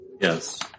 Yes